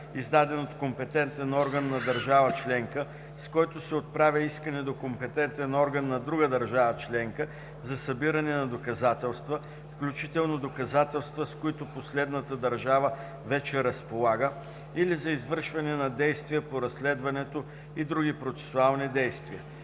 издаден от компетентен орган на държава членка, с който се отправя искане до компетентен орган на друга държава членка за събиране на доказателства, включително доказателства, с които последната държава вече разполага, или за извършване на действие по разследването и други процесуални действия.